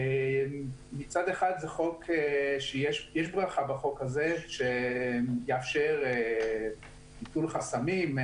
מצד אחד, יש ברכה בחוק הזה, שיאפשר ביטול חסמים,